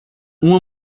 uma